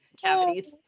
Cavities